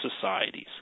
societies